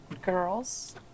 girls